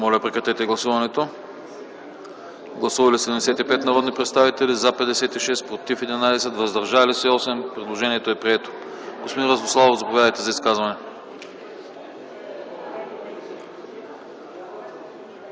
и реплики от залата.) Гласували 75 народни представители: за 56, против 11, въздържали се 8. Предложението е прието. Господин Радославов, заповядайте за изказване.